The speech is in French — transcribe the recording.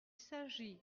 s’agit